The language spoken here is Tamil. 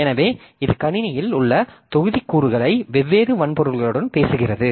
எனவே இது கணினியில் உள்ள தொகுதிக்கூறுகளை வெவ்வேறு வன்பொருள்களுடன் பேசுகிறது